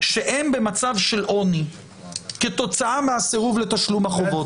שהם במצב של עוני כתוצאה מהסירוב לתשלום החובות.